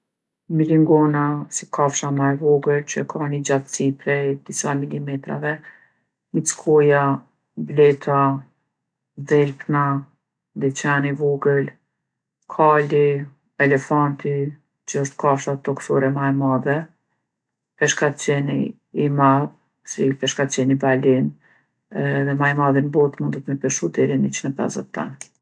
Milingona, si kafsha ma e vogël që e ka ni gjatsi prej disa milimetrave, mickoja, bleta, dhelpna, dhe qeni vogël, kali, elefanti, që osht kafsha toksore ma e madhe, peshkaqeni i madh, si peshkaqeni balenë, edhe ma i madhi n'botë mundet me peshu deri 150 ton.